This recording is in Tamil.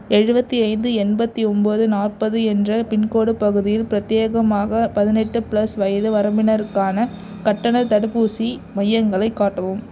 எழுபத்தி ஐந்து எண்பத்து ஒம்பது நாற்பது என்ற பின்கோடு பகுதியில் பிரத்யேகமாக பதினெட்டு ப்ளஸ் வயது வரம்பினருக்கான கட்டணத் தடுப்பூசி மையங்களை காட்டவும்